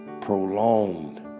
prolonged